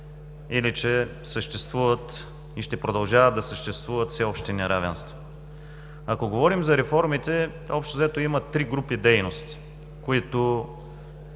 или че съществуват и ще продължават да съществуват все още неравенства. Ако говорим за реформите, общо-взето, има три групи дейности, които